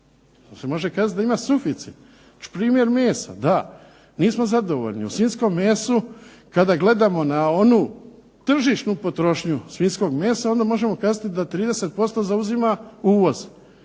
to se može kazati da ima suficit, primjer mesa, da, nismo zadovoljni. U svinjskom mesu kada gledamo na onu tržišnu potrošnju svinjskog mesa onda možemo kazati da 30% zauzima uvoz.